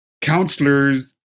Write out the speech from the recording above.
counselors